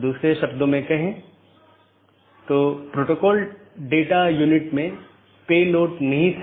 दूसरा BGP connection बनाए रख रहा है